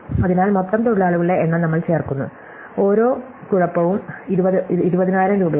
അതിനാൽ മൊത്തം തൊഴിലാളികളുടെ എണ്ണം നമ്മൾ ചേർക്കുന്നു ഓരോ കുഴപ്പവും 20000 രൂപയാണ്